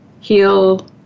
Heal